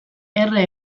erre